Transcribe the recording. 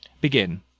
Begin